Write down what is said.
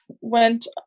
went